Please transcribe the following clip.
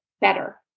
better